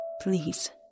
Please